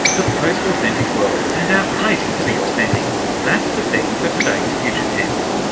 the post-authentic world and our craving to be authentic that's the theme for today's future tense.